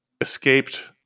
escaped